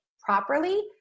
properly